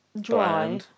dry